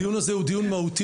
הדיון הזה הוא דיון מהותי,